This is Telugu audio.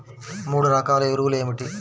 మూడు రకాల ఎరువులు ఏమిటి?